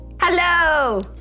Hello